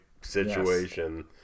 situation